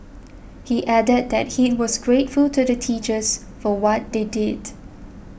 he added that he was grateful to the teachers for what they did